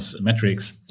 metrics